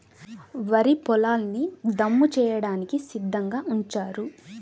వరి పొలాల్ని దమ్ము చేయడానికి సిద్ధంగా ఉంచారు